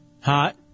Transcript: Hot